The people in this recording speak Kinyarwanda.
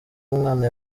umwana